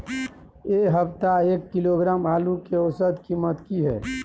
ऐ सप्ताह एक किलोग्राम आलू के औसत कीमत कि हय?